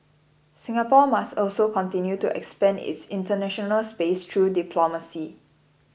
Singapore must also continue to expand its international space through diplomacy